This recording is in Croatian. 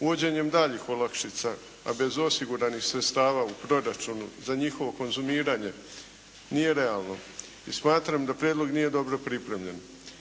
Uvođenjem daljih olakšica, a bez osiguranih sredstava u proračunu za njihovo konzumiranje nije realno i smatram da prijedlog nije dobro pripremljen.